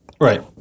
Right